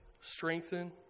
strengthen